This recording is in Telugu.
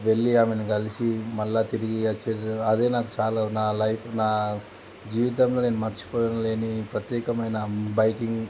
వెళ్ళి ఆమెని కలిసి మళ్ళీ తిరిగి వచ్చి అదే నాకు చాలా నా లైఫ్ నా జీవితంలో నేను మర్చిపోలేని ప్రత్యేకమైన బైకింగ్